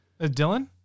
Dylan